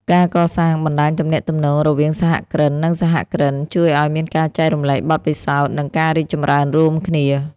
ការកសាងបណ្តាញទំនាក់ទំនងរវាងសហគ្រិន និងសហគ្រិនជួយឱ្យមានការចែករំលែកបទពិសោធន៍ និងការរីកចម្រើនរួមគ្នា។